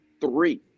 three